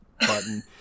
Button